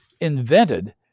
invented –